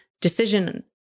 decision-